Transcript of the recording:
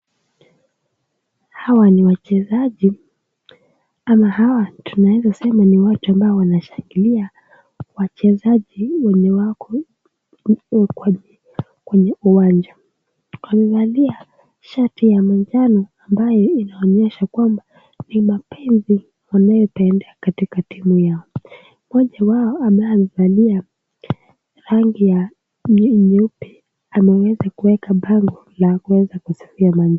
Hawa ni wachezaji ama hawa tunaweza sema ni watu ambao wanashangilia wachezaji wenye wako kwa uwanja. Wamevalia shati ya manjano ambayo inaonyesha kwamba ni mapenzi wanayopenda katika timu yao. Mmoja wao amevalia rangi ya nyeupe, ameweza kuweka bango la kuweza kusifia.